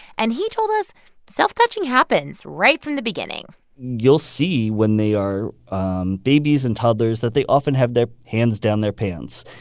and he told us self-touching happens right from the beginning you'll see when they are um babies and toddlers that they often have their hands down their pants.